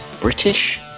British